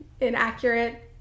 inaccurate